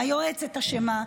היועצת אשמה,